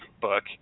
book